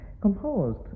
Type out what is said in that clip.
composed